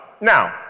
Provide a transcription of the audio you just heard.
Now